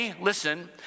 Listen